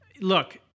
Look